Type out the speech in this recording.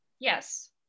Yes